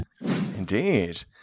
Indeed